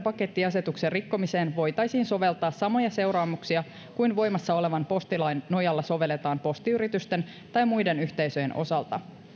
pakettiasetuksen rikkomiseen voitaisiin soveltaa samoja seuraamuksia kuin voimassa olevan postilain nojalla sovelletaan postiyritysten tai muiden yhteisöjen osalta